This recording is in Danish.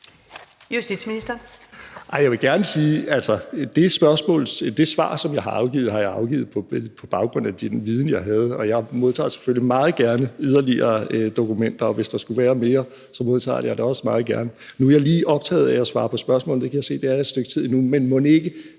Hækkerup): Nej, jeg vil gerne sige: Altså, det svar, som jeg har afgivet, har jeg afgivet på baggrund af den viden, jeg havde, og jeg modtager selvfølgelig meget gerne yderligere dokumenter, og hvis der skulle være mere, modtager jeg også meget gerne det. Nu er jeg lige optaget af at svare på spørgsmål, og det kan jeg se at jeg er et stykke tid endnu, men mon ikke